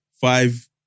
five